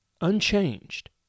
unchanged